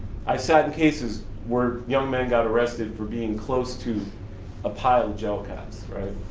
i sat in cases where young men got arrested for being close to a pile of gel caps, right,